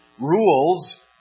rules